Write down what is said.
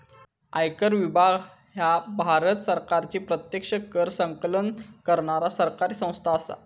आयकर विभाग ह्या भारत सरकारची प्रत्यक्ष कर संकलन करणारा सरकारी संस्था असा